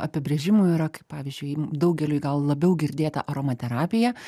apibrėžimų yra kaip pavyzdžiui daugeliui gal labiau girdėta aromaterapija